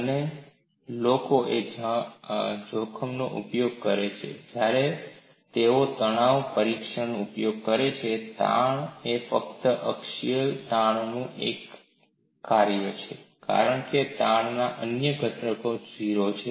અને લોકો એક જોખમોનો ઉપયોગ કરે છે જ્યારે તેઓ તણાવ પરીક્ષણનો ઉપયોગ કરે છે તાણ એ ફક્ત અક્ષીય તાણનું એક કાર્ય છે કારણ કે તાણના અન્ય ઘટકો 0 છે